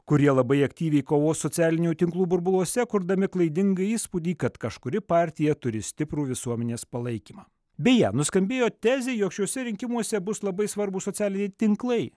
kurie labai aktyviai kovos socialinių tinklų burbuluose kurdami klaidingą įspūdį kad kažkuri partija turi stiprų visuomenės palaikymą beje nuskambėjo tezė jog šiuose rinkimuose bus labai svarbūs socialiniai tinklai